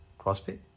CrossFit